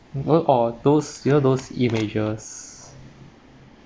all those you know those images